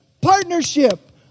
Partnership